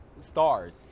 stars